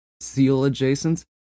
seal-adjacent